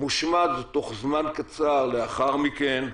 שמושמד תוך זמן קצר לאחר מכן.